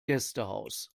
gästehaus